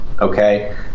okay